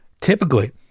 Typically